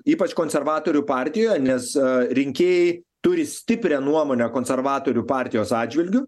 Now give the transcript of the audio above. ypač konservatorių partijoje nes rinkėjai turi stiprią nuomonę konservatorių partijos atžvilgiu